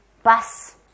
Bus